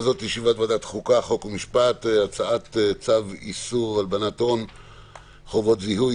על סדר היום: הצעת צו איסור הלבנת הון (חובות זיהוי,